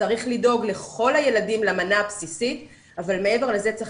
צריך לדאוג לכל הילדים למנה הבסיסית אבל מעבר לזה צריך